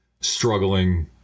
struggling